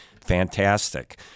fantastic